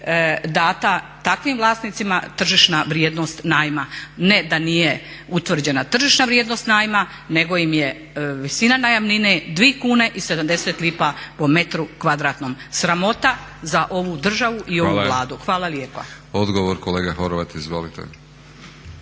dana takvim vlasnicima tržišna vrijednost najma. Ne da nije utvrđena tržišna vrijednost najma nego im je visina najamnine 2,70 kuna po metru kvadratnom. Sramota za ovu državu i ovu Vladu. Hvala lijepa. **Batinić, Milorad (HNS)** Hvala.